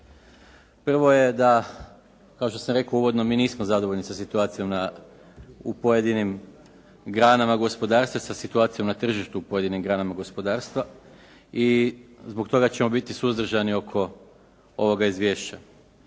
Prvo je da kao što sam rekao u uvodnom, mi nismo zadovoljni sa situacijom u pojedinim granama gospodarstva i sa situacijom na tržištu u pojedinim granama gospodarstva i zbog toga ćemo biti suzdržani oko ovoga izvješća.